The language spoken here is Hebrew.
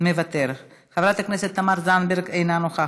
מוותר, חברת הכנסת תמר זנדברג, אינה נוכחת,